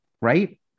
right